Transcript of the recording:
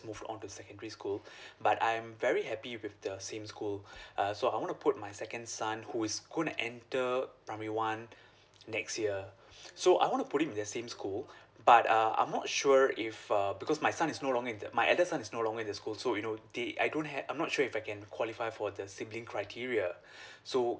moved on to secondary school but I'm very happy with the same school uh so I wanna put my second son who is gonna enter primary one next year so I wanna put him in the same school but uh I'm not sure if uh because my son is no longer in the my eldest son is no longer in the school so you know they I don't have I'm not sure if I can qualify for the sibling criteria so